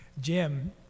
jim